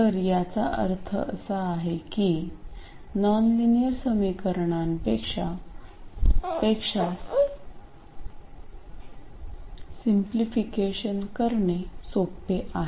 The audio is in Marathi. तर याचा अर्थ असा आहे की नॉनलिनियर समीकरणापेक्षा सिंपलिफिकेशन करणे सोपे आहे